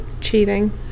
Cheating